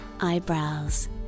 eyebrows